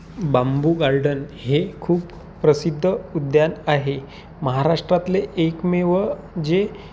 बांबू garden हे खूप प्रसिद्ध उद्यान आहे महाराष्ट्रातले एकमेव जे